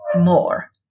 more